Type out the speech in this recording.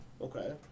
okay